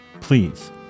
please